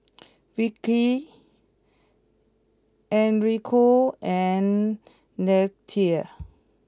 Vickey Enrico and Leatha